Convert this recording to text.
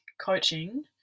coaching